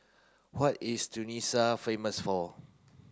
what is Tunisia famous for